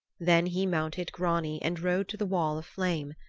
then he mounted grani and rode to the wall of flame.